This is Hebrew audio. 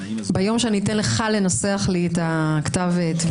ביום שאני אתן לך לנסח לי את כתב התביעה או העתירה,